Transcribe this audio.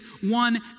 one